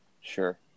Sure